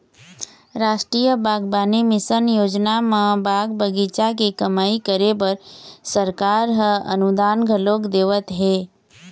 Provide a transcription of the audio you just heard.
रास्टीय बागबानी मिसन योजना म बाग बगीचा के कमई करे बर सरकार ह अनुदान घलोक देवत हे